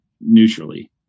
neutrally